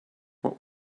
what